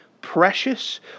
precious